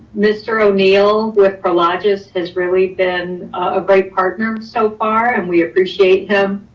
mr. o'neil with prologis has really been a great partner so far and we appreciate him.